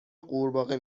قورباغه